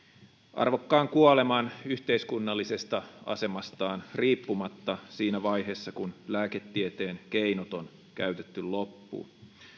arvokkaan kuoleman yhteiskunnallisesta asemastaan riippumatta siinä vaiheessa kun lääketieteen keinot on käytetty loppuun